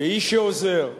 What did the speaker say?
כאיש שעוזר,